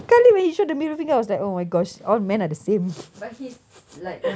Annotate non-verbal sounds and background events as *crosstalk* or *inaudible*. sekali when he show the middle finger I was like oh my gosh all men are the same *noise*